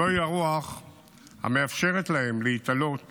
זוהי הרוח המאפשרת להם להתעלות